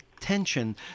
tension